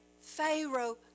Pharaoh